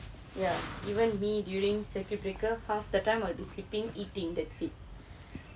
ya even me during circuit breaker half the time I will be the sleeping eating that's it